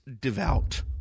devout